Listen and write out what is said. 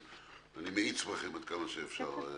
אני מאיץ בכם עד כמה שאפשר בעניין.